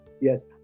Yes